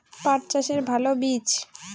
পাঠ চাষের ভালো বীজ?